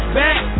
back